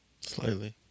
Slightly